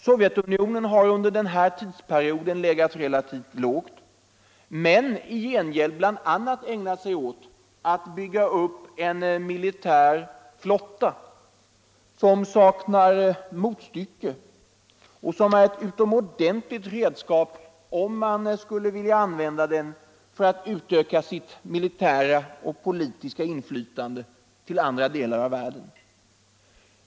Sovjetunionen har under denna tidsperiod legat relativt lågt men i gengäld ägnat sig åt bl.a. att bygga upp en militär flotta som saknar motstycke och som är ett utomordentligt redskap om man skulle vilja utöka sitt militära och politiska inflytande till andra delar av världen.